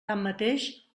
tanmateix